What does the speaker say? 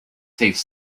safe